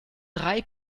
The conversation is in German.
drei